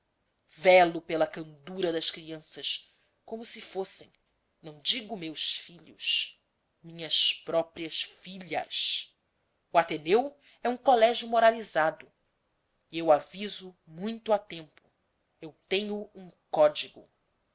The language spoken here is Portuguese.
velo pela candura das crianças como se fossem não digo meus filhos minhas próprias filhas o ateneu é um colégio moralizado e eu aviso muito a tempo eu tenho um código